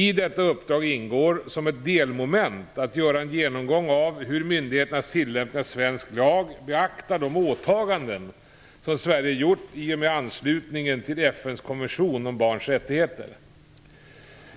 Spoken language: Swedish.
I detta uppdrag ingår som ett delmoment att göra en genomgång av hur myndigheternas tillämpning av svensk lag beaktar de åtaganden som Sverige gjort i och med anslutningen till FN:s kommission om barns rättigheter.